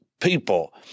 people